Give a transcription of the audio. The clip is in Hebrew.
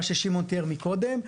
מה ששמעון תיאר מקודם,